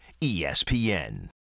ESPN